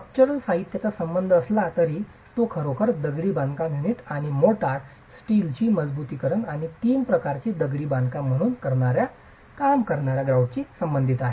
structural साहित्याचा संबंध असला तरी तो खरोखर दगडी बांधकाम युनिट आणि मोर्टार स्टीलची मजबुतीकरण आणि तीन प्रकारची दगडी बांधकाम म्हणून काम करणार्या ग्रॉउटची संबंधित आहे